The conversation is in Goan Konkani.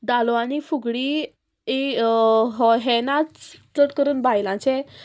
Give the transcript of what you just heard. धालो आनी फुगडी हे नाच चड करून बायलांचे